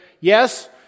Yes